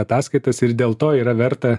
ataskaitas ir dėl to yra verta